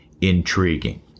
intriguing